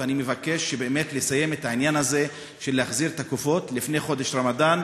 ואני מבקש לסיים את העניין הזה ולהחזיר את הגופות לפני חודש הרמדאן,